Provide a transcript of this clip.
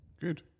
Good